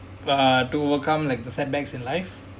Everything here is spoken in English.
but uh to overcome like the setbacks in life